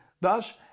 Thus